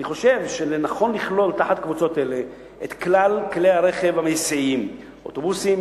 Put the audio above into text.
אני חושב שנכון לכלול בקבוצות אלה את כלל כלי הרכב המסיעים: אוטובוסים,